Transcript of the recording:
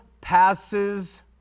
passes